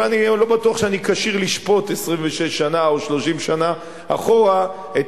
אבל אני לא בטוח שאני כשיר לשפוט 26 שנה או 30 שנה אחורה את